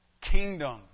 kingdom